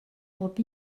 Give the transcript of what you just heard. bob